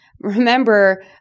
remember